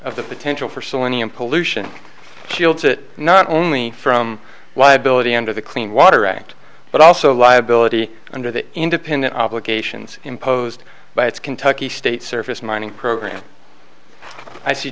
of the potential for selenium pollution kill to it not only from liability under the clean water act but also liability under the independent obligations imposed by its kentucky state surface mining program i